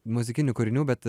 muzikinių kūrinių bet